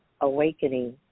awakening